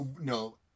no